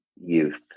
youth